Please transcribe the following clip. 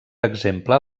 exemple